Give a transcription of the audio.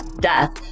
death